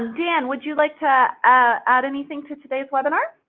dan, would you like to add anything to today's webinar?